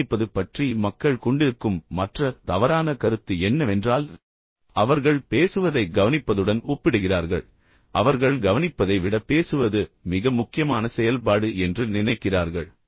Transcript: கவனிப்பது பற்றி மக்கள் கொண்டிருக்கும் மற்ற தவறான கருத்து என்னவென்றால் அவர்கள் பேசுவதை கவனிப்பதுடன் ஒப்பிடுகிறார்கள் பின்னர் அவர்கள் கவனிப்பதை விட பேசுவது மிக முக்கியமான செயல்பாடு என்று நினைக்கிறார்கள்